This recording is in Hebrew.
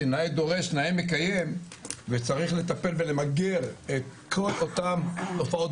נאה דורש נאה מקיים וצריך לטפל ולמגר את כל אותן תופעות